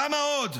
כמה עוד?